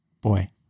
boy